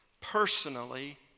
personally